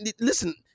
Listen